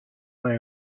mei